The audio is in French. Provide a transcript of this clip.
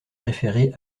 référer